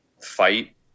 fight